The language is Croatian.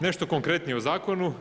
Nešto konkretnije u zakonu.